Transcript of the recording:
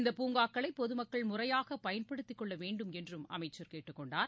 இந்த பூங்காக்களைபொதுமக்கள் முறையாகபயன்படுத்திக்கொள்ளவேண்டும் என்றும் அமைச்சர் கேட்டுக்கொண்டார்